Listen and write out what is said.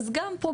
אז גם פה,